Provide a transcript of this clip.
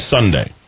Sunday